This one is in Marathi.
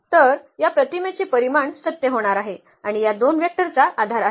तर या प्रतिमेचे परिमाण सत्य होणार आहे आणि या दोन वेक्टरचा आधार आहे